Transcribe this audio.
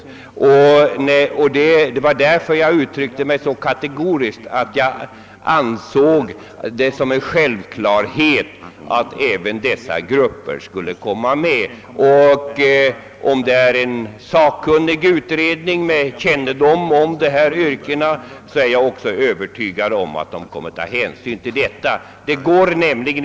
Därför uttryckte jag mig så kategoriskt och framhöll som en självklarhet att även dessa grupper skall medräknas. Om utredningsmännen är sakkunniga och har kännedom om yrkena är jag övertygad om att det också kommer att tas hänsyn härtill.